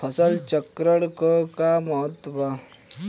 फसल चक्रण क का महत्त्व बा?